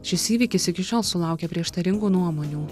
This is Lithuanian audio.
šis įvykis iki šiol sulaukia prieštaringų nuomonių